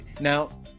Now